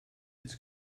its